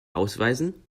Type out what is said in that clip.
ausweisen